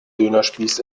dönerspieß